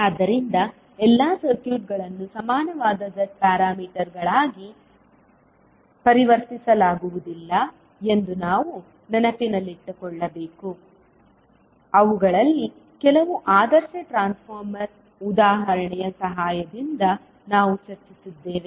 ಆದ್ದರಿಂದ ಎಲ್ಲಾ ಸರ್ಕ್ಯೂಟ್ಗಳನ್ನು ಸಮಾನವಾದ Z ಪ್ಯಾರಾಮೀಟರ್ಗಳಾಗಿ ಪರಿವರ್ತಿಸಲಾಗುವುದಿಲ್ಲ ಎಂದು ನಾವು ನೆನಪಿನಲ್ಲಿಟ್ಟುಕೊಳ್ಳಬೇಕು ಅವುಗಳಲ್ಲಿ ಕೆಲವು ಆದರ್ಶ ಟ್ರಾನ್ಸ್ಫಾರ್ಮರ್ ಉದಾಹರಣೆಯ ಸಹಾಯದಿಂದ ನಾವು ಚರ್ಚಿಸಿದ್ದೇವೆ